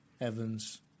Evans